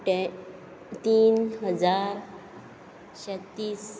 अट्ट्या तीन हजार छत्तीस